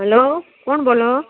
hello કોણ બોલો